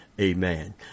Amen